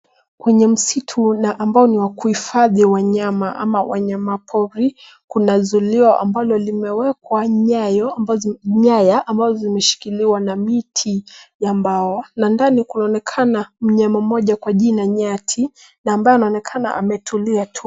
Kwenye msitu na ambao ni wa kuhifadhi wanyama ama wanyama pori. Kuna zuilio ambalo limewekwa nyaya ambazo zimeshikiliwa na miti ya mbao na ndani kunaonekana mnyama mmoja kwa jina nyati na ambaye anaonekana ametulia tu.